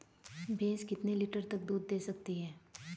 भैंस कितने लीटर तक दूध दे सकती है?